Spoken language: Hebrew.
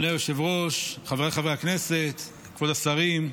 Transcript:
אדוני היושב-ראש, חבריי חברי הכנסת, כבוד השרים,